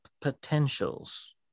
potentials